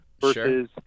versus